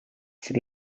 for